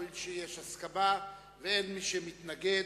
הואיל ויש הסכמה ואין מי שמתנגד,